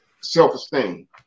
self-esteem